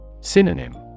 Synonym